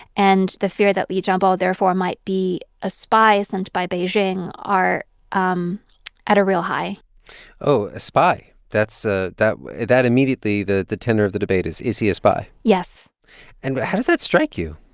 and the fear that li jiabao therefore might be a spy sent by beijing are um at a real high oh, a spy. that's that that immediately the the tenor of the debate is, is he a spy? yes and how does that strike you?